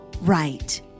right